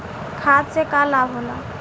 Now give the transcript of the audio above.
खाद्य से का लाभ होला?